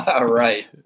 Right